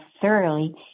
thoroughly